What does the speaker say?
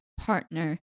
partner